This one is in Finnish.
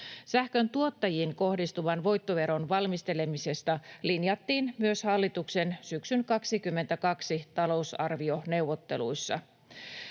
Sähköntuottajiin kohdistuvan voittoveron valmistelemisesta linjattiin myös hallituksen syksyn 22 talousarvioneuvotteluissa.